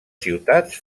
ciutats